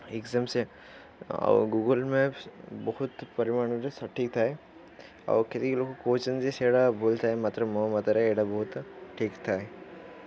exam ଆଉ Google map ବହୁତ ପରିମାଣରେ ସଠିକ୍ ଥାଏ ଆଉ କେତିକି ଲୋକ କହୁଛନ୍ତି ଯେ ସେଟା ଭୁଲିଥାଏ ମାତ୍ର ମୋ ମାତ୍ରାରେ ଏଇଟା ବହୁତ ଠିକ୍ ଥାଏ